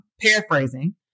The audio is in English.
paraphrasing